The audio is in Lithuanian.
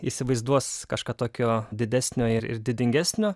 įsivaizduos kažką tokio didesnio ir didingesnio